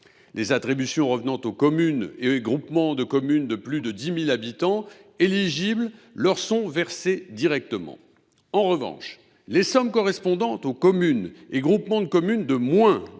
Les attributions revenant aux communes et groupements de communes de plus de 10 000 habitants éligibles leur sont versées directement. En revanche, les sommes correspondant aux communes et groupements de communes de moins de